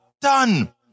done